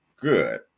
good